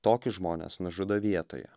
tokius žmones nužudo vietoje